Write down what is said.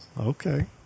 okay